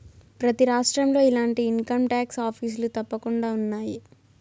ప్రతి రాష్ట్రంలో ఇలాంటి ఇన్కంటాక్స్ ఆఫీసులు తప్పకుండా ఉన్నాయి